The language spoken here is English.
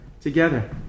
together